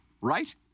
Right